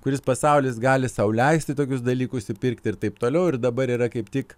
kuris pasaulis gali sau leisti tokius dalykus įpirkti ir taip toliau ir dabar yra kaip tik